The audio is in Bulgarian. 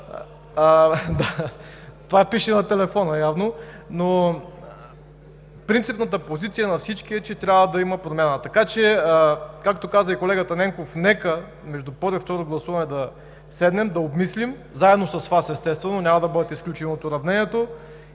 Това пише на телефона явно. Но принципната позиция на всички е, че трябва да има промяна. Така че, както каза и колегата Ненков, нека между първо и второ гласуване да седнем, да обмислим заедно с Вас, естествено няма да бъдете изключени от уравнението,